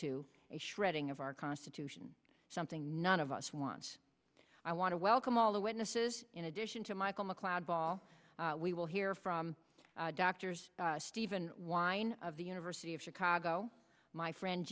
to a shredding of our constitution something none of us wants i want to welcome all the witnesses in addition to michael mcleod paul we will hear from doctors stephen wine of the university of chicago my friend